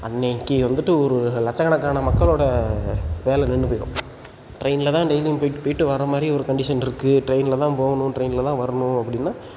அன்றைக்கி வந்துட்டு ஒரு லட்சக்கணக்கான மக்களோடய வேலை நின்று போயிடும் ட்ரெயினில் தான் டெய்லியும் போயிட்டு போயிட்டு வர மாதிரி ஒரு கண்டிஷன் இருக்குது ட்ரெயினில் தான் போகணும் ட்ரெயினில் தான் வரணும் அப்படின்னா